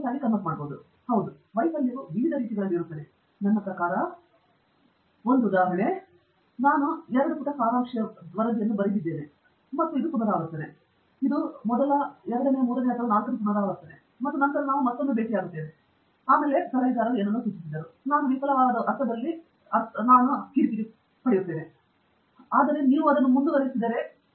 ದೇಶಪಾಂಡೆ ಹೌದು ವೈಫಲ್ಯವು ವಿವಿಧ ರೀತಿಗಳಲ್ಲಿ ಇರುತ್ತದೆ ನನ್ನ ಪ್ರಕಾರ ನನ್ನ ಪಿಎಚ್ಡಿ ಸಲಹೆಗಾರನೊಂದಿಗೆ ನಾನು ಹೊಂದಿದ್ದ ಒಂದು ಉದಾಹರಣೆ ನಾನು ಎರಡು ಪುಟ ಸಾರಾಂಶ ವರದಿಯನ್ನು ಬರೆದಿದ್ದೇನೆ ಮತ್ತು ಇದು ಪುನರಾವರ್ತನೆ ಮತ್ತು ಮೊದಲ ಮೂರನೆಯ ನಾಲ್ಕನೇ ಪುನರಾವರ್ತನೆ ಮತ್ತು ನಂತರ ನಾವು ಮತ್ತೊಮ್ಮೆ ಭೇಟಿಯಾದರು ಮತ್ತು ಮತ್ತೊಮ್ಮೆ ಅವರು ಏನನ್ನಾದರೂ ಸೂಚಿಸಿದರು ಆದ್ದರಿಂದ ನಾನು ವಿಫಲವಾದ ಒಂದು ಅರ್ಥದಲ್ಲಿ ಅಲ್ಲಿ ನಾನು ಕಿರಿಕಿರಿಯನ್ನು ಪಡೆಯುತ್ತಿದ್ದೇನೆ ಮತ್ತು ಅದು ಅಲ್ಲಿಯೇ ಅವನು ಅದನ್ನು ನೋಡಲು ಹೇಳಿದ್ದಾನೆ ಇದು ಅಲ್ಲ ಬಗ್ಗೆ ಕಿರಿಕಿರಿಯುಂಟುಮಾಡುವ ಯಾವುದೋ